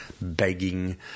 begging